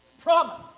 Promise